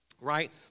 right